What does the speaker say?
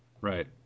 Right